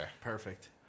Perfect